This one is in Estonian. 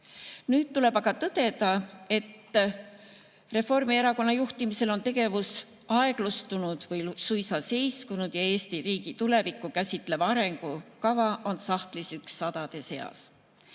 Nüüd tuleb aga tõdeda, et Reformierakonna juhtimisel on tegevus aeglustunud või suisa seiskunud ja Eesti riigi tulevikku käsitlev arengukava on sahtlis üks sadade seas.